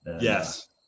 Yes